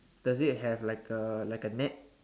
does it have like a like a net